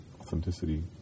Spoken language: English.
authenticity